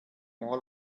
all